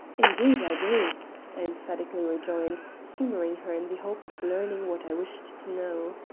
indeed, i do, i emphatically rejoined, humoring her in the hope of learning what i wished to know.